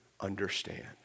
understand